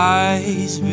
eyes